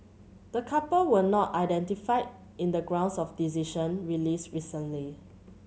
the couple were not identified in the grounds of decision released recently